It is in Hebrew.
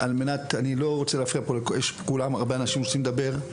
אני לא רוצה להפריע פה יש הרבה אנשים שרוצים לדבר,